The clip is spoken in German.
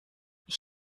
ich